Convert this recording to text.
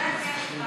אני לא מצביע.